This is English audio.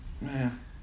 Man